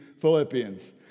Philippians